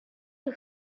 you